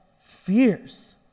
fears